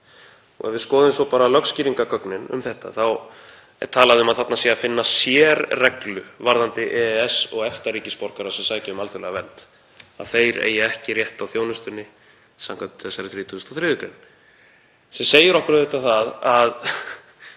Ef við skoðum svo lögskýringargögnin um þetta þá er talað um að þarna sé að finna sérreglu varðandi EES- og EFTA-ríkisborgara sem sækja um alþjóðlega vernd, að þeir eigi ekki rétt á þjónustunni samkvæmt þessari 33.